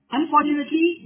Unfortunately